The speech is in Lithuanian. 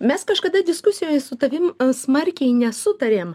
mes kažkada diskusijoj su tavim smarkiai nesutarėm